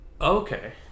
okay